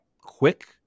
quick